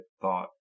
thought